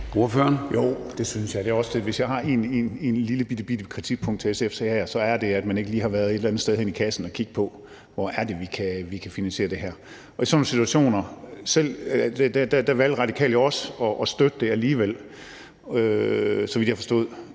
Hvis jeg har et lillebittebitte kritikpunkt til SF her, er det, at man ikke lige har været et eller andet sted henne i kassen og kigge på, hvor det er, vi kan finansiere det her fra. Selv i sådan en situation valgte Radikale jo også at støtte det alligevel – så vidt jeg forstod